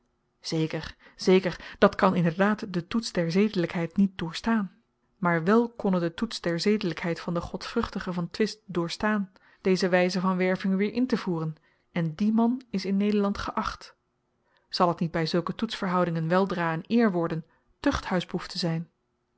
zeker zeker dat kan inderdaad den toets der zedelykheid niet doorstaan maar wèl kon t den toets der zedelykheid van den godvruchtigen van twist doorstaan deze wyze van werving weer intevoeren en die man is in nederland geacht zal t niet by zulke toetsverhoudingen weldra n eer worden tuchthuisboef te zyn